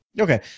Okay